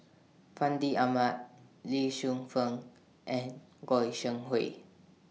Fandi Ahmad Lee Shu Fen and Goi Seng Hui